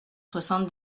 soixante